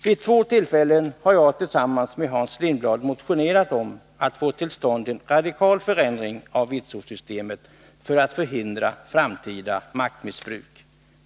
Vid två tillfällen har jag tillsammans med Hans Lindblad motionerat om att få till stånd en radikal förändring av vitsordssystemet för att förhindra framtida maktmissbruk.